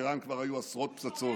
לאיראן כבר היו עשרות פצצות.